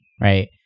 right